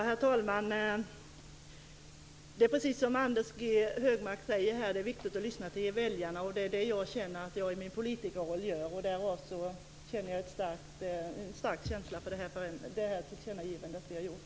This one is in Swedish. Herr talman! Det är precis som Anders G Högmark säger. Det är viktigt att lyssna till väljarna. Det är det jag känner att jag gör i min politikerroll. Av den anledningen har jag en stark känsla för det tillkännagivande vi har gjort.